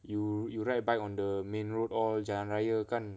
you you ride a bike on the main road or jalan raya kan